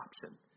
option